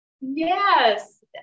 Yes